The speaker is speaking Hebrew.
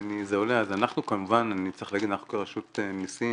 אנחנו כמובן, אני צריך להגיד, אנחנו רשות המסים